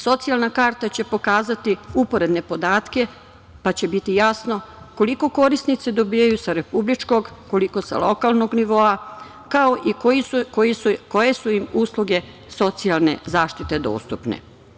Socijalna karta će pokazati uporedne podatke pa će biti jasno koliko korisnici dobijaju sa republičkog, koliko sa lokalnog nivoa, kao i koje su im usluge socijalne zaštite dostupne.